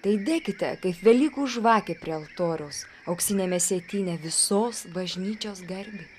tai dekite kaip velykų žvakė prie altoriaus auksiniame sietyne visos bažnyčios garbei